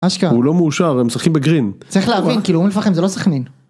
אשכרה הוא לא מאושר הם משחקים בגרין צריך להבין כאילו אום אל פחם זה לא סכנין.